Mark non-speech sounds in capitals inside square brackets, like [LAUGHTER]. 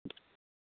[UNINTELLIGIBLE]